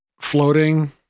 floating